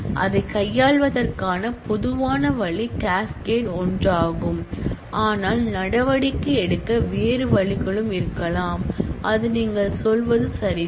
இதைக் கையாள்வதற்கான பொதுவான வழி கேஸ்கெட் ஒன்றாகும் ஆனால் நடவடிக்கை எடுக்க வேறு வழிகளும் இருக்கலாம் அது நீங்கள் சொல்வது சரிதான்